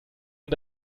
und